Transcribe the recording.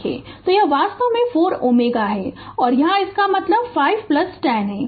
तो यह वास्तव में 4 Ω है और यहाँ इसका 510 है